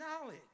knowledge